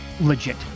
legit